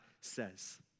says